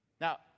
now